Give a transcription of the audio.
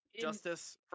Justice